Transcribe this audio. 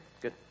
Good